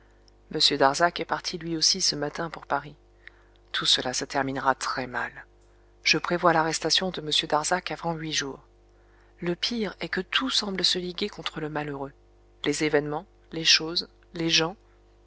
darzac est parti lui aussi ce matin pour paris tout cela se terminera très mal je prévois l'arrestation de m darzac avant huit jours le pire est que tout semble se liguer contre le malheureux les événements les choses les gens